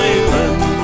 Island